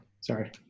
Sorry